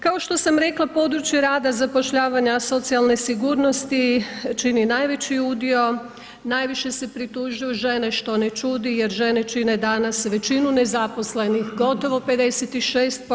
Kao što sam rekla, područje rada, zapošljavanja, socijalne sigurnosti čini najveći udio, najviše se pritužuju žene, što ne čudi jer žene čine danas većinu nezaposlenih, gotovo 56%